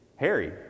Harry